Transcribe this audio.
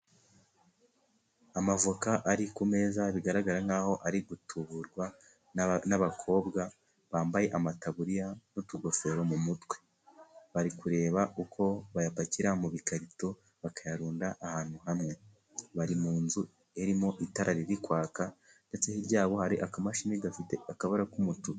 Amavoka ari ku meza, bigaragara nkaho ari gutuburwa n'abakobwa bambaye amataburiya, n'utugofero mu mutwe. Bari kureba uko bayapakira mu bikarito, bakayarunda ahantu hamwe. Bari mu nzu irimo itara riri kwaka, ndetse hirya yabo hari akamashini gafite akabara k'umutuku.